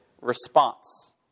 response